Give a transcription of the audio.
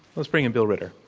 let's bring in bill ritter.